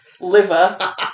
liver